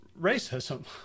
racism